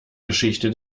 geschichte